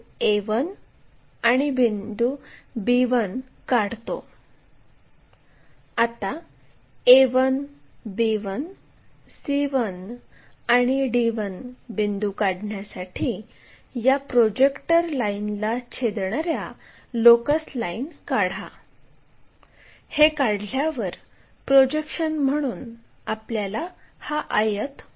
आता 75 मिमीचे स्थान निश्चित करायचे आहे तर यासाठी कंपासमध्ये 75 मिमी मोजून घेऊ आणि लोकस लाईनवर c पासून 75 मिमीचा कट करू आणि या बिंदूला d1 असे म्हणू